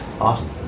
awesome